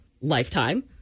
lifetime